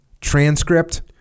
Transcript